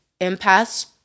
empaths